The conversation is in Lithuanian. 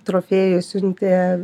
trofėjų siuntė